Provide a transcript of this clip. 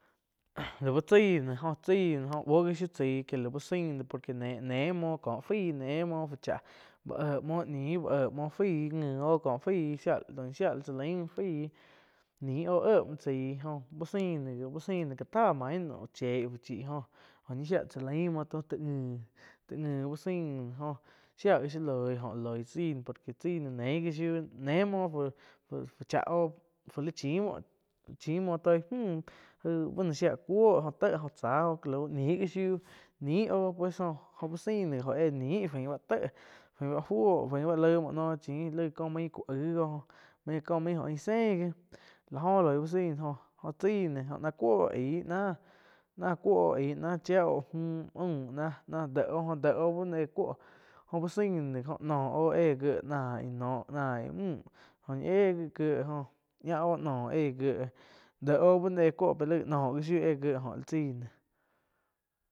láu chaí no, jo chái jóh buoh gi shiuh tsai que la uh sain por que néh muoh ko fai néh muoh fú cháh buh éh muo ñiu buh éh muo fái ngi oh ko faih shía do ñi shía tzá lain faí ni oh éh mou tzai joh. Uh sain no gi uh sain noh ká tah main noh chie fu chí jó oh ñi shia tsá lain muo to taig ngi, taig ngi uh sain jó shia gi shiu loí oh la loí tsai por que chai no neig gi shiu néh muoh fú chá oh fuu li chi muoh toi mü aig bá na shia cuoh oh tsá oh lau nih gi shiú ni oh pues oh uh sain no gi oh ni fain bá téh fai ba fu oh no chin ko ba main ku aig oh kó main oh ain sei gih lá oh loi uh sain jo-jo chai no óh ná cuo oh aí náh chia oh mü ná deh oh, deh oh bá éh cuoh jo uh sain no gi ná no oh éh gie nain noh nai mü óh ñi éh gi gie ña oh no éh gie dé oh bu no éh cuo pe lai no gi shiu éh gieh oh la chaí noh.